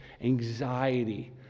anxiety